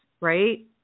right